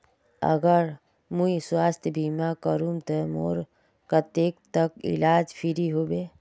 अगर मुई स्वास्थ्य बीमा करूम ते मोर कतेक तक इलाज फ्री होबे?